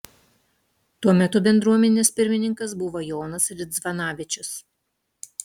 tuo metu bendruomenės pirmininkas buvo jonas ridzvanavičius